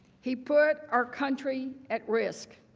he put our country at risk.